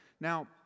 Now